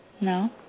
No